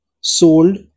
sold